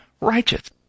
righteous